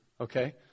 Okay